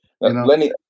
Lenny